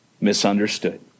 misunderstood